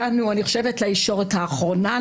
הגענו לישורת האחרונה.